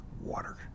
water